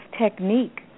technique